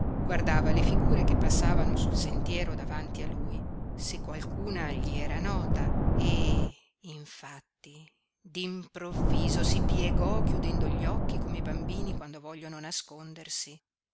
guardava le figure che passavano sul sentiero davanti a lui se qualcuna gli era nota e infatti d'improvviso si piegò chiudendo gli occhi come i bambini quando vogliono nascondersi